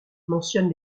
mentionne